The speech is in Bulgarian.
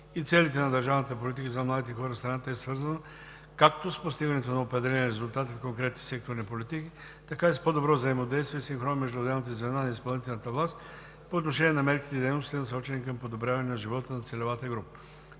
и целите на държавната политика за младите хора в страната е свързано както с постигането на определени резултати в конкретните секторни политики, така и с по-добро взаимодействие и синхрон между отделните звена на изпълнителната власт по отношение на мерките и дейностите, насочени към подобряване на живота на целевата група.